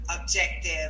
objective